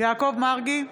יעקב מרגי,